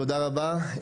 תודה רבה.